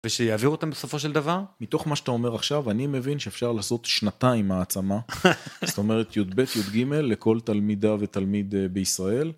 ושיעבירו אותם בסופו של דבר? מתוך מה שאתה אומר עכשיו, אני מבין שאפשר לעשות שנתיים העצמה. זאת אומרת, יב', יג', לכל תלמידה ותלמיד אה... בישראל.